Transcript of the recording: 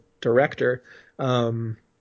director